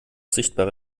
sichtbare